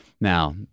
Now